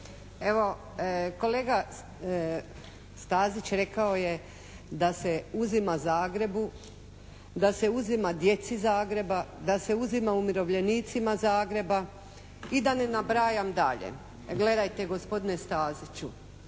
Evo kolega Stazić rekao je da se uzima Zagrebu, da se uzima djeci Zagreba, da se uzima umirovljenicima Zagreba i da ne nabrajam dalje. Gledajte gospodine Staziću,